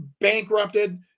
bankrupted